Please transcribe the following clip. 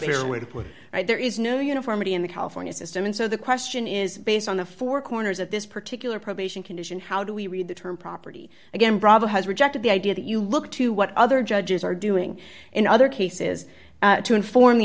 fair way to put there is no uniformity in the california system and so the question is based on the four corners of this particular probation condition how do we read the term property again bravo has rejected the idea that you look to what other judges are doing in other cases to inform the